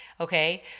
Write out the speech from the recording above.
okay